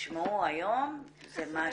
שיש אבולוציה והדברים האלה כן נכנסים.